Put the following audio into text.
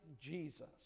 Jesus